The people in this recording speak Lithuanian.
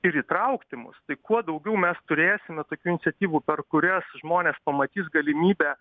ir įtraukti mus tai kuo daugiau mes turėsime tokių iniciatyvų per kurias žmonės pamatys galimybę